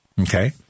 Okay